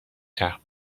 چرخ